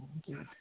جی